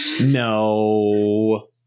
No